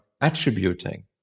attributing